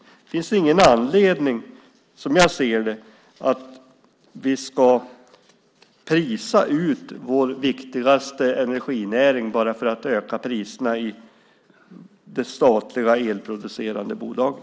Det finns ingen anledning, som jag ser det, att vi ska prisa ut vår viktigaste energinäring bara för att öka priserna i det statliga elproducerande bolaget.